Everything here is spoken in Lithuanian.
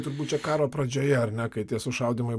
turbūt čia karo pradžioje ar ne kai tie sušaudymai